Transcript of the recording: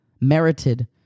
merited